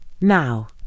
Now